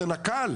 זה נק"ל?